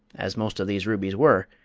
as most of these rubies were,